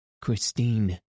Christine